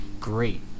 great